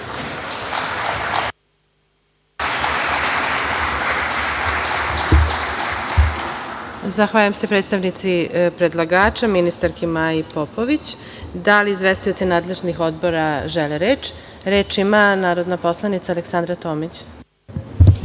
Zahvaljujem se predstavnici predlagača, ministarki Maji Popović. Da li izvestioci nadležnih odbora žele reč? (Da.)Reč ima narodna poslanica Aleksandra Tomić.